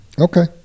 okay